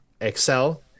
excel